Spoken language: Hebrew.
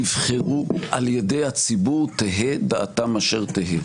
שנבחרו על ידי הציבור, תהא דעתם אשר תהא.